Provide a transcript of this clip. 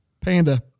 Panda